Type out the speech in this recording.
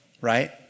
right